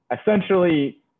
essentially